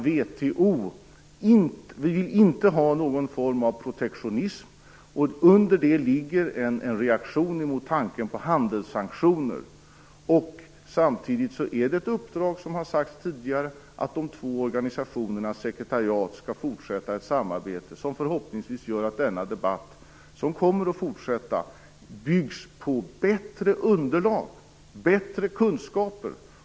Vi vill inte ha någon form av protektionism. Under det ligger en reaktion emot tanken på handelssanktioner. Samtidigt har de två organisationernas sekretariat fått i uppdrag att fortsätta ett samarbete som förhoppningsvis gör att denna debatt, som kommer att fortsätta, kan byggas på bättre underlag och bättre kunskaper.